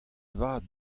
vat